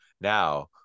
now